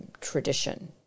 tradition